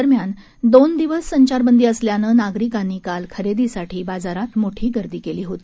दरम्यान दोन दिवस संचारबंदी असल्यानं नागरिकांनी काल खरेदीसाठी बाजारात मोठी गर्दी केली होती